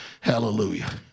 Hallelujah